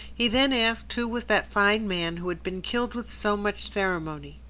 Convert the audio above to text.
he then asked who was that fine man who had been killed with so much ceremony.